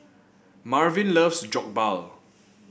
Marvin loves Jokbal